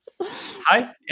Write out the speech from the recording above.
Hi